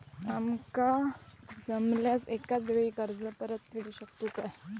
आमका जमल्यास एकाच वेळी कर्ज परत फेडू शकतू काय?